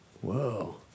Whoa